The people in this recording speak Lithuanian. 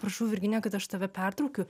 prašau virginija kad aš tave pertraukiu